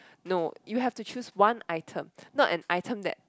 no you have to choose one item not an item that